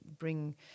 bring